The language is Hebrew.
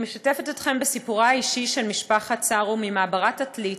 אני משתפת אתכם בסיפורה האישי של משפחת צארום ממעברת עתלית,